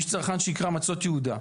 יש צרכן שנקרא מצות יהודה.